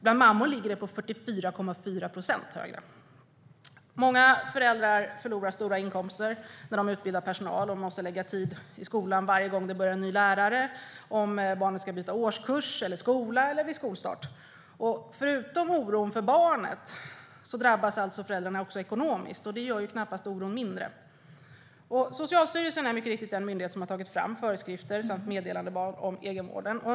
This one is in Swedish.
Bland mammor är andelen 44,4 procent högre. Många föräldrar förlorar stora delar av sin inkomst när de utbildar personal och måste lägga tid i skolan varje gång en ny lärare börjar, om barnet byter årskurs eller skola och vid skolstart. Förutom oron för barnet drabbas alltså föräldrarna också ekonomiskt, och det gör knappast oron mindre. Socialstyrelsen är mycket riktigt den myndighet som har tagit fram föreskrifter samt meddelandeblad om egenvården.